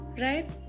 Right